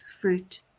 fruit